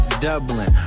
Dublin